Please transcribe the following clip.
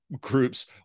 Groups